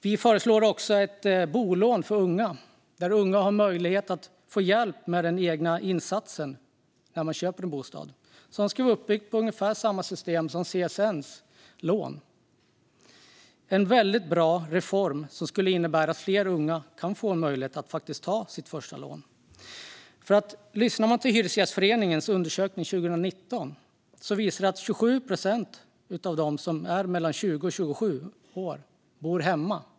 Vi föreslår också ett bolån för unga, där unga har möjlighet att få hjälp med den egna insatsen när de köper en bostad. Det ska vara uppbyggt på ungefär samma sätt som CSN:s lån. Det är en väldigt bra reform som skulle innebära att fler unga kan få en möjlighet att faktiskt ta sitt första lån. Hyresgästföreningens undersökning 2019 visar att 27 procent av dem som är mellan 20 och 27 år bor hemma.